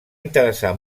interessar